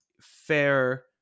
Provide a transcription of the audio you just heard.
fair